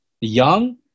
Young